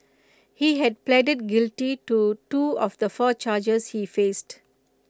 he had pleaded guilty to two of the four charges he faced